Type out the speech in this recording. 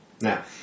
Now